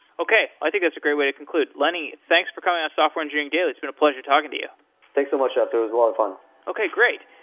okay. i think that's a great way to conclude. lenny, thanks for coming on software engineering daily, it's been a pleasure talking to you thanks so much, jeff. it was a lot of fun okay. great.